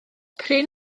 prin